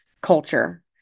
culture